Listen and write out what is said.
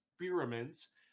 experiments